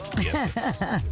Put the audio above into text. Yes